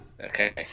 Okay